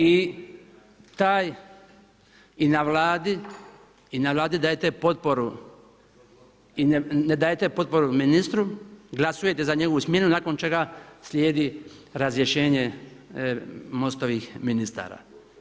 I taj i na Vladi dajete potporu i ne dajete potporu ministru, glasujete za njegovu smjenu nakon čega slijedi razrješenje MOST-ovih ministara.